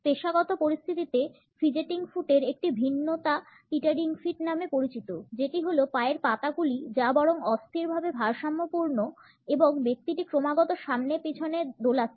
পেশাগত পরিস্থিতিতে ফিজেটিং ফুটের একটি ভিন্নতা টিটারিং ফিট নামে পরিচিত যেটি হল পা এর পাতাগুলি যা বরং অস্থিরভাবে ভারসাম্যপূর্ণ এবং ব্যক্তিটি ক্রমাগত সামনে পিছনে দোলাচ্ছে